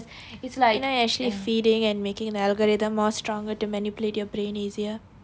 you know you are actually feeding and making an algorithm more stronger to manipulate your brain easier